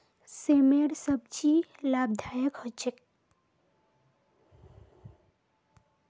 सेमेर सब्जी लाभदायक ह छेक